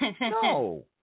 No